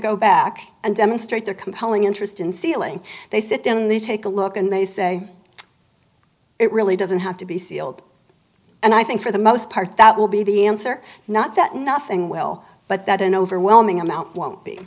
go back and demonstrate their compelling interest in sealing they sit down and they take a look and they say it really doesn't have to be sealed and i think for the most part that will be the answer not that nothing will but that an overwhelming amount won't be